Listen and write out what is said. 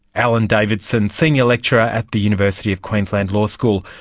alan davidson, senior lecturer at the university of queensland law school,